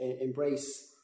embrace